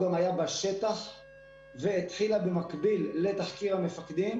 הוא גם היה בשטח והתחיל במקביל לתחקיר המפקדים